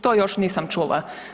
To još nisam čula.